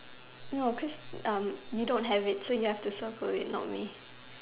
no cause erm you don't have it so you have to circle it not me